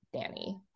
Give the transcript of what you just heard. Danny